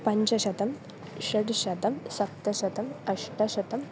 पञ्चशतं षड्शतम् सप्तशतम् अष्टशतम्